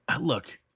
look